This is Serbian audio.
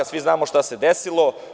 Svi znamo šta se desilo.